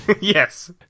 Yes